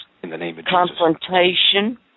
confrontation